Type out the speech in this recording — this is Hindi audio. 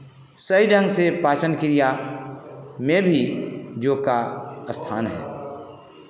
सही ढंग से पाचन क्रिया में भी योग का स्थान है